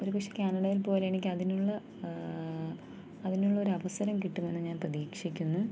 ഒരു പക്ഷേ ക്യാനഡയിൽ പോയാൽ എനിക്ക് അതിനുള്ള അതിനുള്ള ഒരു അവസരം കിട്ടുമെന്ന് ഞാൻ പ്രതീക്ഷിക്കുന്നു